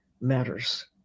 matters